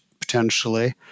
potentially